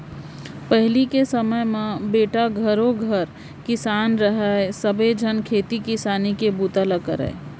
पहिली के समे म बेटा घरों घर किसान रहय सबे झन खेती किसानी के बूता ल करयँ